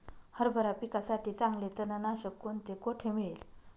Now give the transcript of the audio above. हरभरा पिकासाठी चांगले तणनाशक कोणते, कोठे मिळेल?